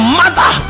mother